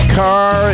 car